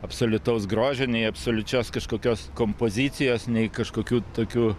absoliutaus grožio nei absoliučios kažkokios kompozicijos nei kažkokių tokių